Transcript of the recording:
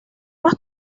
más